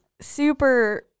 super